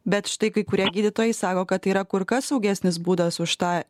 bet štai kai kurie gydytojai sako kad tai yra kur kas saugesnis būdas už tą